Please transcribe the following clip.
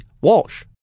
Walsh